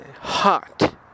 hot